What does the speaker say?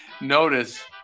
notice